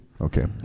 Okay